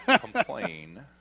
complain